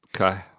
okay